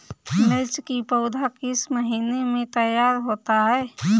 मिर्च की पौधा किस महीने में तैयार होता है?